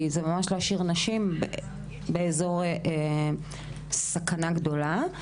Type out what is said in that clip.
כי זה ממש להשאיר נשים באזור סכנה גדולה.